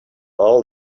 all